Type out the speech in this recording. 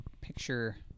picture